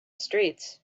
streets